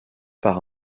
par